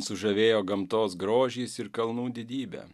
sužavėjo gamtos grožis ir kalnų didybė